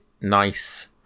nice